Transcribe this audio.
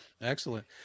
Excellent